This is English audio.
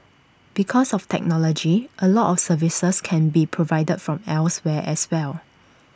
because of technology A lot of services can be provided from elsewhere as well